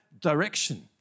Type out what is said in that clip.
direction